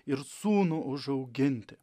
ir sūnų užauginti